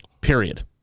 Period